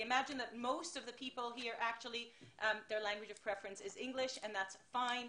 אני מניחה שרוב האנשים כאן מעדיפים לדבר אנגלית וזה בסדר,